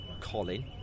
Colin